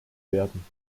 werden